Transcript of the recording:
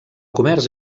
comerç